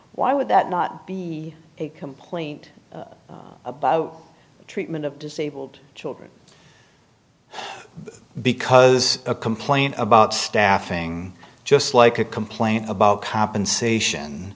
why would that not be a complaint about treatment of disabled children because a complaint about staffing just like a complaint about compensation